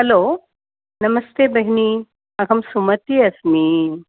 hello नमस्ते भगिनि अहं सुमति अस्मि